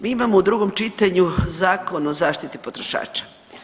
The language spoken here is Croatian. Mi imamo u drugom čitanju Zakon o zaštiti potrošača.